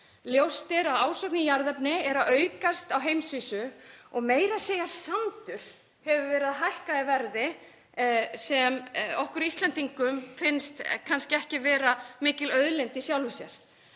Ljóst er að ásókn í jarðefni er að aukast á heimsvísu og meira að segja sandur hefur verið að hækka í verði sem okkur Íslendingum finnst kannski ekki vera mikil auðlind í sjálfu sér.